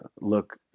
look